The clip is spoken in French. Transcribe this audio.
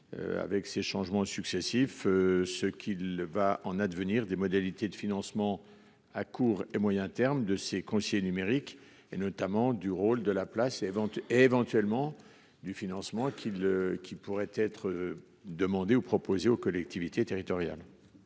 Avec ces changements successifs. Ce qu'il va en advenir des modalités de financement à court et moyen terme de ses conseillers numériques et notamment du rôle de la place ses ventes éventuellement du financement qui le, qui pourrait être demandé ou proposé aux collectivités territoriales.